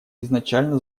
изначально